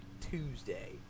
Tuesday